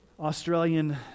Australian